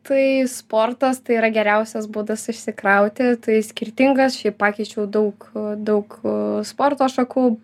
tai sportas tai yra geriausias būdas išsikrauti tai skirtingas aš jį pakeičiau daug daug sporto šakų